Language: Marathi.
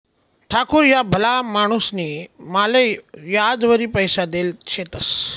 ठाकूर ह्या भला माणूसनी माले याजवरी पैसा देल शेतंस